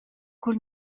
cul